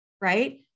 right